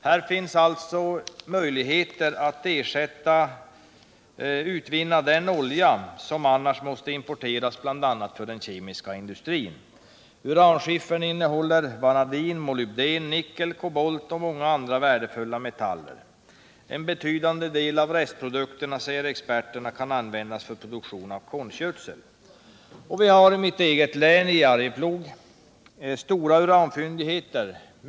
Här finns alltså möjligheter att utvinna den olja som annars skulle importeras för bl.a. den kemiska industrin. Uranskiffern innehåller vanadin, molybden, nickel, kobolt och många andra värdefulla metaller. Experterna uppger att en betydande del av restprodukterna kan användas för produktion av konstgödsel. Vi har i Arjeplogsområdet — i mitt eget län — mycket stora uranfyndigheter.